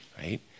right